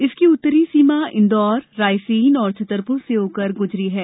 इसकी उत्तरी सीमा इंदौर रायसेन और छतरपुर से होकर गुजर रही है